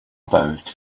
about